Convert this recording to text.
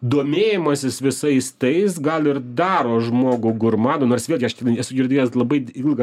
domėjimasis visais tais gal ir daro žmogų gurmanu nors vėlgi aš esu girdėjęs labai ilgą